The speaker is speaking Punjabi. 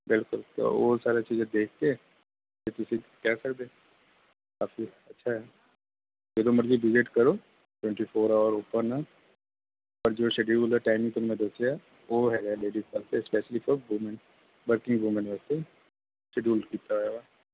ਬਿਲਕੁਲ ਉਹ ਸਾਰਾ ਚੀਜ਼ਾਂ ਦੇਖ ਕੇ ਫਿਰ ਤੁਸੀਂ ਕਹਿ ਸਕਦੇ ਬਾਕੀ ਅੱਛਾ ਹੈ ਜਦੋਂ ਮਰਜੀ ਵਿਜਿਟ ਕਰੋ ਟਵੈਂਟੀ ਫੋਰ ਆਵਰ ਓਪਨ ਹੈ ਪਰ ਜੋ ਸ਼ਡਿਊਲ ਹੈ ਟਾਈਮਿੰਗ ਤੁਹਾਨੂੰ ਮੈਂ ਦੱਸਿਆ ਹੈ ਉਹ ਹੈਗਾ ਲੇਡੀਸ ਵਾਸਤੇ specially for women working women ਵਾਸਤੇ ਸ਼ਡਿਊਲ ਕੀਤਾ ਹੋਇਆ ਵਾ